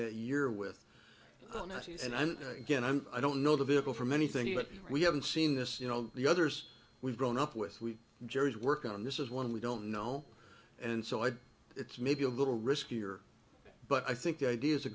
that you're with us and i'm again i'm i don't know the vehicle for many things but we haven't seen this you know the others we've grown up with we've jerry's work on this is one we don't know and so i it's maybe a little riskier but i think the idea is a